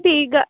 ਠੀਕ ਆ